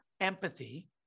empathy